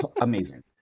amazing